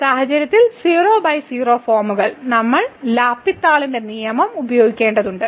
ഈ സാഹചര്യത്തിൽ 00 ഫോമുകൾ നമ്മൾ ലാപിതാളിന്റെ നിയമം L'Hospital's rule ഉപയോഗിക്കേണ്ടതുണ്ട്